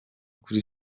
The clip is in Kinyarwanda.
kuri